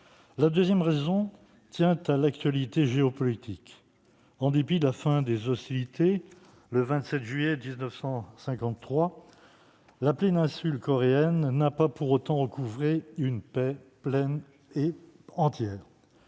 La deuxième raison a trait à l'actualité géopolitique. En dépit de la fin des hostilités, le 27 juillet 1953, la péninsule coréenne ne bénéficie pas d'une paix pleine et entière.